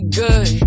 good